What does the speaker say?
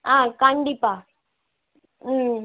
ஆ கண்டிப்பாக ம்